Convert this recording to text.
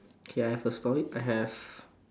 K I have a story I have